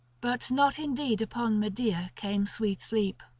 but not indeed upon medea came sweet sleep.